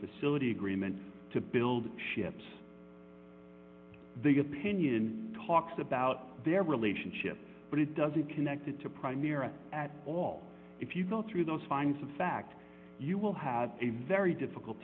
facility agreement to build ships the opinion talks about their relationship but it doesn't connected to prime era at all if you go through those findings of fact you will have a very difficult